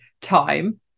time